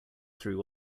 through